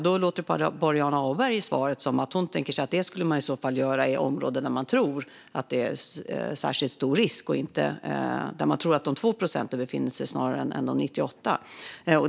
Det låter på Boriana Åberg som att hon tänker sig att man i så fall skulle göra det i områden där man tror att det är särskilt stor risk och där man tror att de 2 procenten befinner sig snarare än de 98.